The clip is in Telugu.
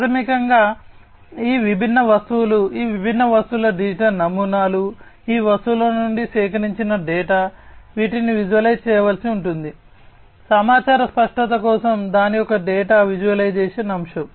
ప్రాథమికంగా ఈ విభిన్న వస్తువులు ఈ విభిన్న వస్తువుల డిజిటల్ నమూనాలు ఈ వస్తువుల నుండి సేకరించిన డేటా వీటిని విజువలైజ్ చేయవలసి ఉంటుంది సమాచార స్పష్టత కోసం దాని యొక్క డేటా విజువలైజేషన్ అంశం